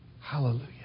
Hallelujah